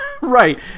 Right